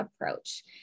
approach